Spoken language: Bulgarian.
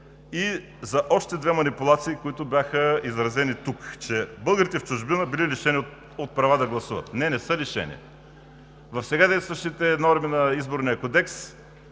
И за още две манипулации, които бяха изразени тук – че българите в чужбина били лишени от право да гласуват. Не, не са лишени. В сега действащите норми на Изборния кодекс